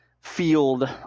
field